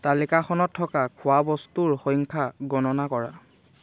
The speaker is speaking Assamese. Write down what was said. তালিকাখনত থকা খোৱা বস্তুৰ সংখ্যা গণনা কৰা